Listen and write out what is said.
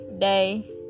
day